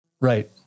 right